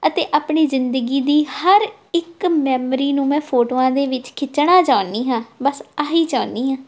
ਅਤੇ ਆਪਣੀ ਜ਼ਿੰਦਗੀ ਦੀ ਹਰ ਇੱਕ ਮੈਮਰੀ ਨੂੰ ਮੈਂ ਫੋਟੋਆਂ ਦੇ ਵਿੱਚ ਖਿੱਚਣਾ ਚਾਹੁੰਦੀ ਹਾਂ ਬਸ ਆਹ ਹੀ ਚਾਹੁੰਦੀ ਹਾਂ